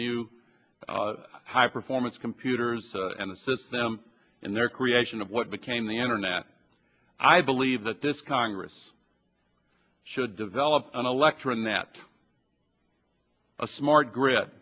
new high performance computers and assist them in their creation of what became the internet i believe that this congress should develop an electron that a smart gri